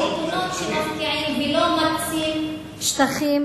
השלטונות שמפקיעים ולא מקצים שטחים